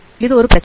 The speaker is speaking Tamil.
இது ஒரு பிரச்சனை